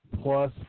plus